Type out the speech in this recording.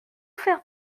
faire